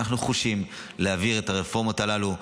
ואנחנו נחושים להעביר את הרפורמות הללו,